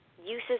uses